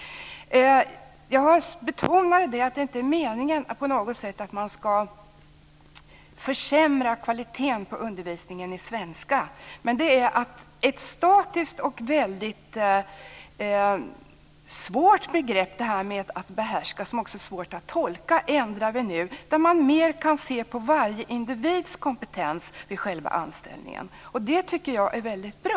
Jag betonar att det inte på något sätt är meningen att man ska försämra kvaliteten på undervisningen i svenska. Men behärska är ett statiskt och väldigt svårt begrepp. Det är också svårt att tolka. Det ändrar vi nu så att man mer kan se på varje individs kompetens vid själva anställningen. Det tycker jag är väldigt bra.